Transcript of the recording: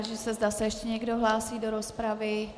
Táži se, zda se ještě někdo hlásí do rozpravy.